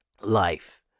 life